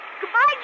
Goodbye